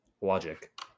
logic